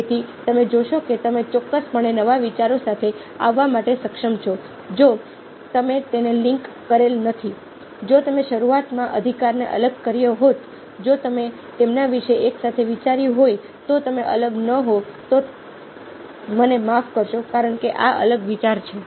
તેથી તમે જોશો કે તમે ચોક્કસપણે નવા વિચારો સાથે આવવા માટે સક્ષમ છો જે જો તમે તેને લિંક કરેલ નથી જો તમે શરૂઆતમાં અધિકારને અલગ કર્યો હોત જો તમે તેમના વિશે એકસાથે વિચાર્યું હોય તો તમે અલગ ન હો તો મને માફ કરશો કારણ કે આ અલગ વિચારો છે